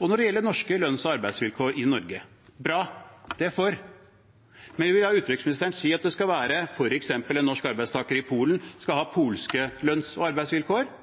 Når det gjelder norske lønns- og arbeidsvilkår i Norge: Det er bra, det er jeg for. Men vil da utenriksministeren si at f.eks. en norsk arbeidstaker i Polen skal ha polske lønns- og arbeidsvilkår?